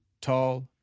tall